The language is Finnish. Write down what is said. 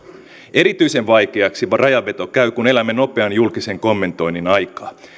erityisen vaikeaksi rajanveto käy kun elämme nopean julkisen kommentoinnin aikaa